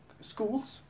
schools